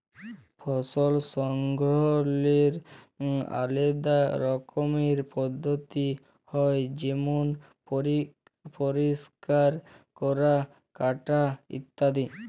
ফসল সংগ্রহলের আলেদা রকমের পদ্ধতি হ্যয় যেমল পরিষ্কার ক্যরা, কাটা ইত্যাদি